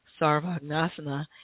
Sarvagnasana